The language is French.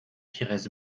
pires